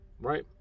right